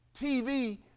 TV